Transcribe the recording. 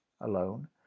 alone